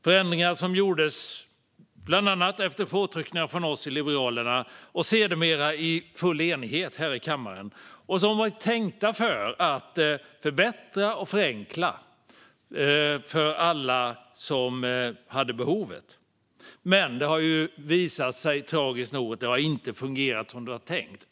Förändringar gjordes, bland annat efter påtryckningar från oss i Liberalerna, i full enighet i kammaren. De var tänkta att förbättra och förenkla för alla med ett behov. Men det har tragiskt nog visat sig över huvud taget inte fungera som det var tänkt.